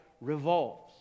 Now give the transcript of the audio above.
revolves